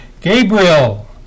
Gabriel